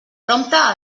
prompte